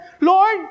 Lord